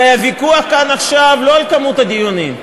הרי הוויכוח כאן עכשיו הוא לא על כמות הדיונים,